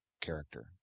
character